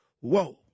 whoa